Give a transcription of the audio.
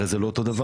הרי זה לא אותו דבר,